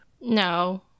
No